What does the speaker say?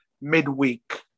midweek